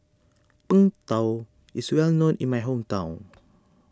Png Tao is well known in my hometown